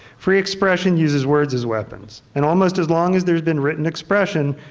free expression uses words as weapons and almost as long as there has been written expression,